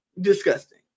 Disgusting